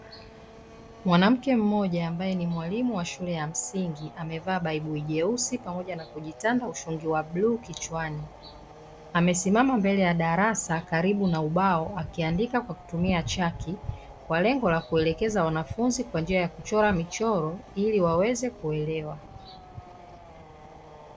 Mwanamke mmoja ambaye ni mwalimu wa shule ya msingi amevaa baibui jeusi pamoja na kujitanda ushungi wa bluu kichwani. Amesimama mbele ya darasa karibu na ubao akiandika kwa kutumia chaki, kwa lengo la kuelekeza wanafunzi kwa njia ya kuchora michoro ili waweze kuelewa.